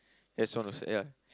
that's one of the ya